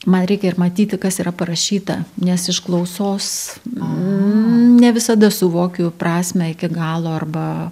man reikia ir matyti kas yra parašyta nes iš klausos ne visada suvokiu prasmę iki galo arba